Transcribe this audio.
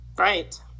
Right